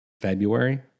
February